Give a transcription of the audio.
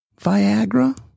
Viagra